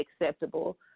acceptable